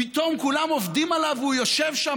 פתאום כולם עובדים עליו והוא יושב שם